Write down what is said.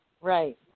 Right